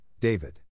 David